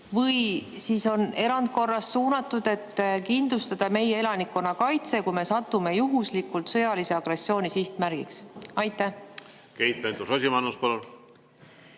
või siis on erandkorras suunatud, et kindlustada meie elanikkonna kaitse, kui me satume juhuslikult sõjalise agressiooni sihtmärgiks? Keit Pentus-Rosimannus, palun!